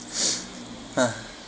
!huh!